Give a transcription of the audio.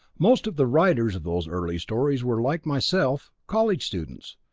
most of the writers of those early stories were, like myself, college students.